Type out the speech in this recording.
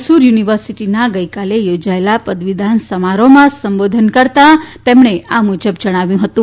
મૈસૂર યુનિવર્સિટીના ગઈકાલે યોજાયેલા પદવીદાન સમારોહમાં સંબોધન કરતાં તેમણે આ મુજબ જણાવ્યું હતું